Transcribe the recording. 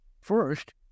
first